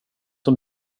som